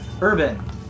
Urban